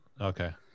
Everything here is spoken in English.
Okay